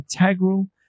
integral